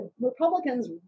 Republicans